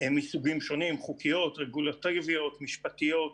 מסוגים שונים, חוקיות, רגולטיביות, משפטיות,